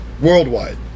Worldwide